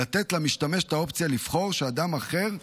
לתת למשתמש את האופציה לבחור שאדם אחר,